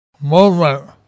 movement